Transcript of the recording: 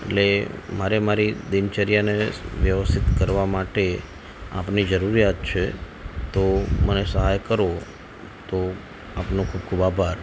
એટલે મારે મારી દિનચર્યાને વ્યવસ્થિત કરવા માટે આપણી જરૂરીયાત છે તો મને સહાય કરો તો આપનો ખૂબ ખૂબ આભાર